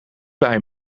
bij